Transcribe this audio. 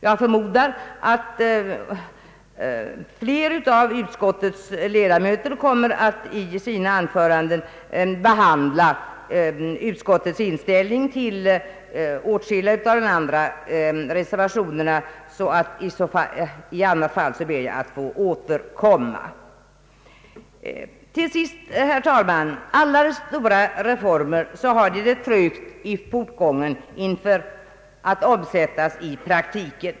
Jag förmodar att fler av utskottets ledamöter i sina anföranden kommer att redogöra för utskottets inställning till åtskilliga av de övriga reservationerna. I annat fall ber jag att få återkomma. Till sist, herr talman! Alla stora reformer har det trögt i portgången, när de skall omsättas i praktiken.